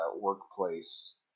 workplace